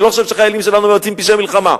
אני לא חושב שחיילים שלנו מבצעים פשעי מלחמה.